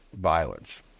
violence